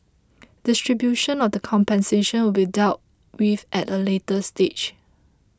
distribution of the compensation will be dealt with at a later stage